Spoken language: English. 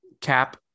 Cap